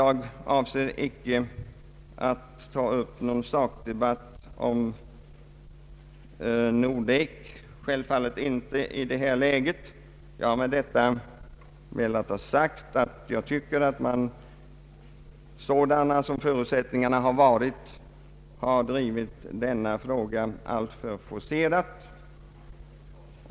Jag avser icke att ta upp någon ytterligare debatt om Nordek i detta läge. Jag vill ha sagt att jag tycker att man under de förutsättningar som varit har drivit denna fråga alltför forcerat.